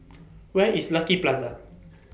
Where IS Lucky Plaza